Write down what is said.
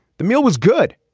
the meal was good,